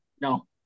No